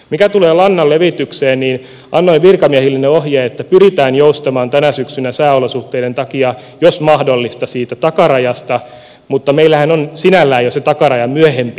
mitä tulee lannanlevitykseen niin annoin virkamiehilleni ohjeet että pyritään joustamaan tänä syksynä sääolosuhteiden takia jos mahdollista siitä takarajasta mutta meillähän on sinällään jo se takaraja myöhempi